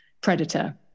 predator